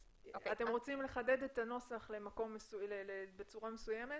אם תרצו לחדד את הנוסח בצורה מסוימת,